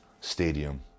stadium